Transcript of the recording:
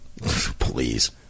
Please